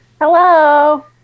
Hello